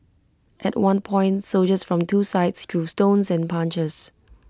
at one point soldiers from two sides threw stones and punches